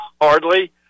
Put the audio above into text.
hardly